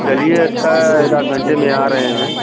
चलिए अच्छा एकाध घंटे में आ रहे हैं